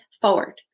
forward